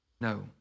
No